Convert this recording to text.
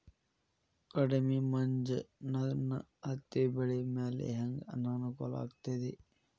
ಕಡಮಿ ಮಂಜ್ ನನ್ ಹತ್ತಿಬೆಳಿ ಮ್ಯಾಲೆ ಹೆಂಗ್ ಅನಾನುಕೂಲ ಆಗ್ತೆತಿ?